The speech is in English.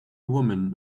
woman